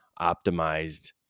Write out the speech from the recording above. optimized